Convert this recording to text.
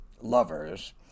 lovers